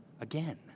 again